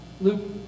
Luke